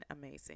amazing